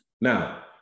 Now